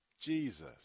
Jesus